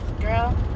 Girl